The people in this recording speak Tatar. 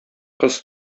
кыз